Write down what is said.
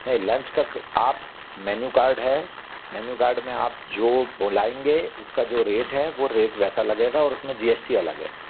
नहीं लंच का क आप मेन्यू कार्ड है मेन्यू कार्ड में आप जो बोलेगे उसका जो रेट है वो रेट वैसे लगेगा और उसमें जी एस टी अलग है